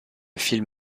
film